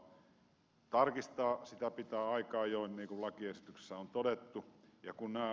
tarkistaa sitä pitää aika ajoin niin kuin lakiesityksessä on todettu